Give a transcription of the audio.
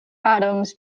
atoms